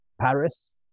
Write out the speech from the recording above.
Paris